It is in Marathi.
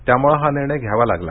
त्यामुळे हा निर्णय घ्यावा लागला